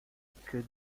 que